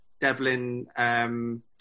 Devlin